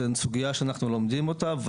זו סוגיה שאנחנו לומדים אותה,